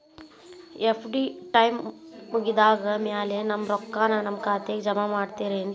FD time ಮುಗಿದಾದ್ ಮ್ಯಾಲೆ ನಮ್ ರೊಕ್ಕಾನ ನಮ್ ಖಾತೆಗೆ ಜಮಾ ಮಾಡ್ತೇರೆನ್ರಿ?